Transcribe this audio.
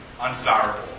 undesirable